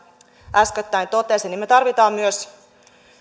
äskettäin totesi me tarvitsemme myös